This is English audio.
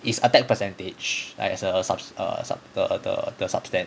it's attack percentage like as a sub a sub err the the sub stat